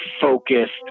focused